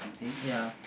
ya